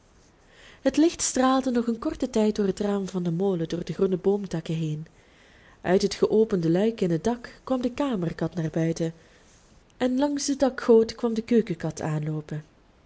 het licht straalde nog een korten tijd door het raam van den molen door de groene boomtakken heen uit het geopende luik in het dak kwam de kamerkat naar buiten en langs de dakgoot kwam de keukenkat aanloopen